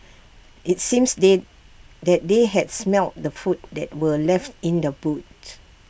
IT seems they that they had smelt the food that were left in the boot